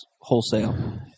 wholesale